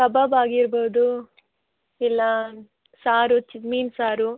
ಕಬಾಬ್ ಆಗಿರ್ಬೌದು ಇಲ್ಲ ಸಾರು ಚಿ ಮೀನು ಸಾರು